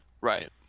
Right